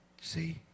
See